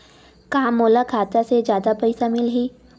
का मोला खाता से जादा पईसा मिलही?